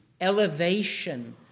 elevation